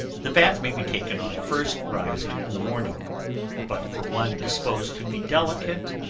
the bath may be taken on first rising in the morning but for one disposed to be delicate,